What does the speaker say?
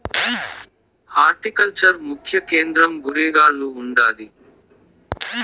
horticulture ముఖ్య కేంద్రం గురేగావ్ల ఉండాది